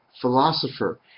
philosopher